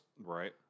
Right